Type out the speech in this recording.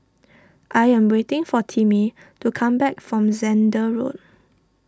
I am waiting for Timmy to come back from Zehnder Road